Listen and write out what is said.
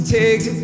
take